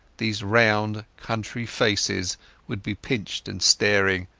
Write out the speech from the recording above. these round country faces would be pinched and staring,